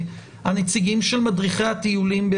הנציגים של מדריכי הטיולים,